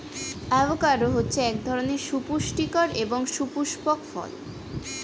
avocado হচ্ছে এক ধরনের সুপুস্টিকর এবং সুপুস্পক ফল